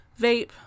vape